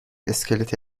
اسکلت